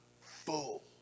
full